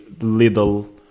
little